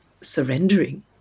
surrendering